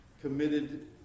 committed